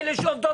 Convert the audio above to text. דיברה